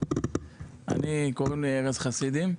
קוראים לי ארז חסידים,